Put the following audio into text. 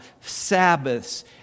Sabbaths